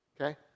okay